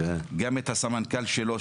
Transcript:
גם את הסמנכ"ל שלו,